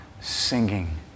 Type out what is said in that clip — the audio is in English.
singing